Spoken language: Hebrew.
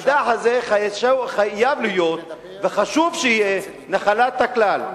המידע הזה חייב להיות וחשוב שיהיה נחלת הכלל.